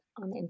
on